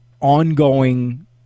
ongoing